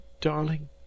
darling